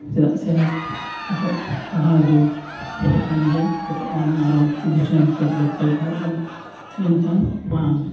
ᱪᱮᱫᱟᱜ ᱥᱮ ᱱᱤᱛᱚᱜ ᱯᱟᱲᱦᱟᱣ ᱡᱩᱜᱽ ᱦᱮᱡ ᱠᱟᱱ ᱜᱮᱭᱟ ᱱᱤᱛᱚᱜ ᱵᱟᱝ ᱟᱨᱚ ᱵᱩᱡᱷᱟᱹᱱᱛᱚ ᱫᱚᱨᱠᱟᱨ ᱛᱟᱦᱮᱸ ᱠᱟᱱᱟ ᱢᱮᱱᱠᱷᱟᱱ ᱵᱟᱝ